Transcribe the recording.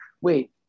Wait